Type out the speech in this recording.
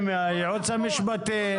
מהייעוץ המשפטי.